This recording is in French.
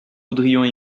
voudrions